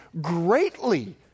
greatly